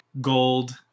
gold